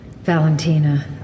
Valentina